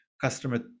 customer